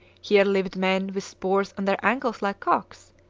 here lived men with spurs on their ankles like cocks,